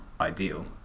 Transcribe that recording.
ideal